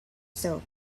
soap